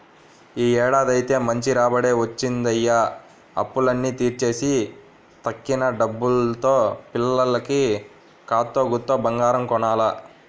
యీ ఏడాదైతే మంచి రాబడే వచ్చిందయ్య, అప్పులన్నీ తీర్చేసి తక్కిన డబ్బుల్తో పిల్లకి కాత్తో కూత్తో బంగారం కొనాల